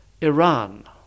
Iran